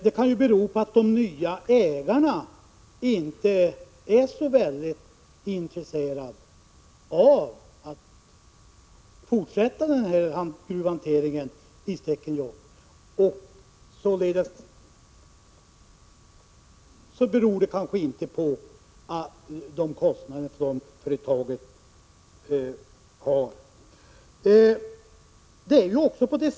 Det kan bero på att de nya ägarna inte är så väldigt intresserade av att fortsätta gruvhanteringen i Stekenjokk. Således beror det kanske inte på företagets kostnader.